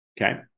Okay